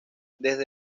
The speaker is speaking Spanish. desde